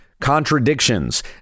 contradictions